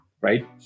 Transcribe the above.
right